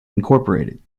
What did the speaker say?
incorporated